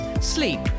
sleep